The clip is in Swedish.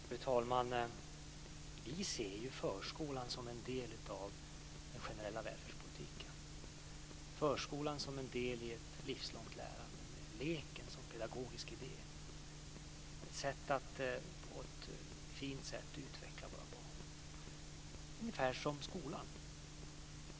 Fru talman! Vi ser förskolan som en del av den generella välfärdspolitiken. Förskolan är en del av ett livslångt lärande med leken som pedagogisk idé och ett fint sätt att utveckla våra barn - ungefär som skolan.